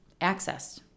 accessed